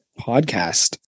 podcast